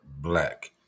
black